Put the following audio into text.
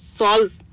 solve